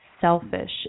selfish